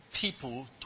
people